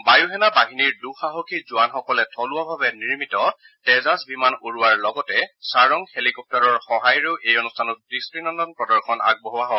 বায়ুসেনা বাহিনীৰ দুঃসাহসী জোৱানসকলে থলুৱাভাৱে নিৰ্মিত তেজাছ বিমান উৰোৱাৰ লগতে ছাৰং হেলিকপ্টাৰৰ সহায়েৰেও এই অনুষ্ঠানত দৃষ্টিনন্দন প্ৰদৰ্শন আগবঢ়োৱা হয়